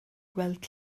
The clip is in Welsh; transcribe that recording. gweld